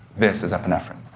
this is epinephrine.